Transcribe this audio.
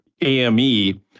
ame